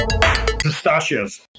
Pistachios